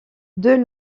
deux